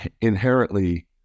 inherently